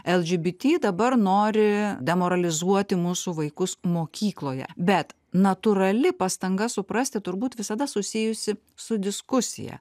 eldžibiti dabar nori demoralizuoti mūsų vaikus mokykloje bet natūrali pastanga suprasti turbūt visada susijusi su diskusija